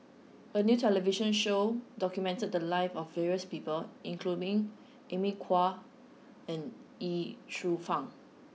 a new television show documented the lives of various people including Amy Khor and Ye Shufang